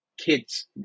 kids